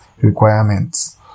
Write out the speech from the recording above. requirements